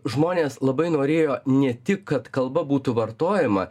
žmonės labai norėjo ne tik kad kalba būtų vartojama